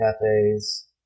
cafes